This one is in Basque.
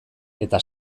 eta